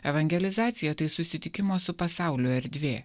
evangelizacija tai susitikimo su pasauliu erdvė